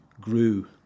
grew